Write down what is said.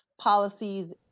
policies